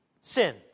sin